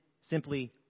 simply